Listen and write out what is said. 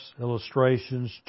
illustrations